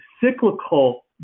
cyclical